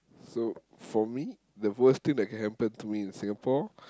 so for me the worst thing that can happen to me in Singapore